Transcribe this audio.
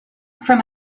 from